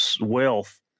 wealth